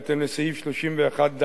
בהתאם לסעיף 31(ד)